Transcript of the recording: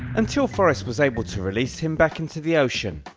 until forrest was able to release him back into the ocean,